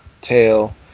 tail